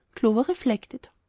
clover reflected.